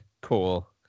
cool